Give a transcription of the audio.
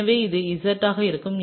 எனவே இது Z ஆக இருக்கும்